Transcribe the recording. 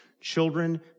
Children